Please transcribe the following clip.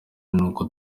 n’uko